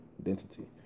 identity